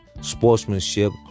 sportsmanship